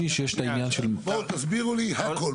בואו תסבירו לי הכל.